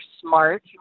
smart